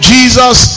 Jesus